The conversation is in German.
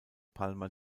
palma